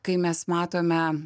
kai mes matome